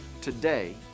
Today